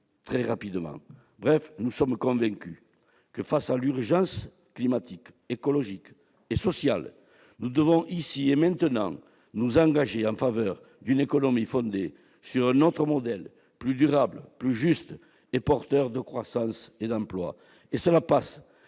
et entreprenant ! Bref, nous sommes convaincus que, face à l'urgence climatique, écologique et sociale, nous devons, ici et maintenant, nous engager en faveur d'une économie fondée sur un autre modèle, plus durable, plus juste et porteur de croissance et d'emplois. Cela passe